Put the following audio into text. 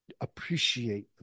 appreciate